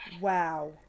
Wow